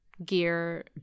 gear